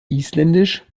isländisch